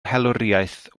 helwriaeth